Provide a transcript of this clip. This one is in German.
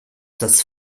das